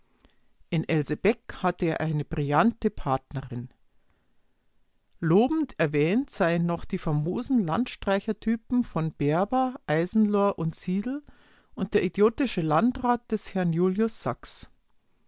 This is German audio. in else bäck hatte er eine brillante partnerin lobend erwähnt seien noch die famosen landstreichertypen von berber eisenlohr und siedel und der idiotische landrat des herrn julius